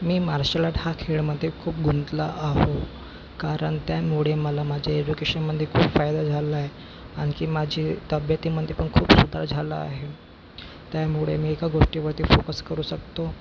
मी martial art हा खेळमध्ये खूप गुंतला आहो कारण त्यामुळे मला माझे एजुकेशनमध्ये खूप फायदा झालेला आहे आणखी माझे तब्येतीमध्ये पण खूप सुधार झाला आहे त्यामुळे मी एका गोष्टीवरती फोकस करू सकतो